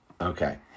Okay